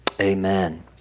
Amen